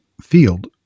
field